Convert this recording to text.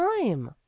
time